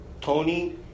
Tony